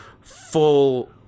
full